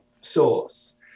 source